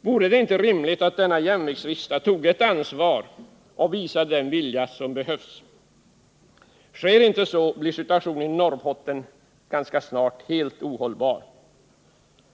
Vore det inte rimligt att denna jämviktsriksdag tog det ansvar och visade den vilja som behövs? Om så inte sker, blir situationen i Norrbotten ganska snart ohållbar.